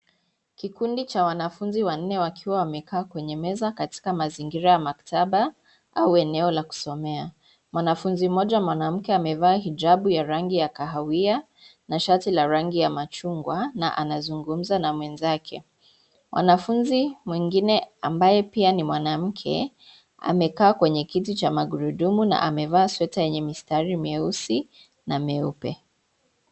Kikunda cha wanafunzi wanne wakiwa wamekaa kwenye meza katika mazingira ya maktaba au eneo la kusomea. Mwanafunzi mmoja mwanamke amevaa hijabu ya rangi ya kahawia na shati la rangi ya machungwa, na anazungumza na mwenzake. Mwanafunzi mwengine ambaye pia ni mwanamke, amekaa kwenye kiti cha magurudumu na amevaa sweta yenye mistari meusi na meupe.